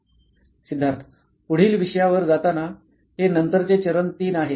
सिद्धार्थ पुढील विषयांवर जाताना हे नंतरचे चरण 3 आहे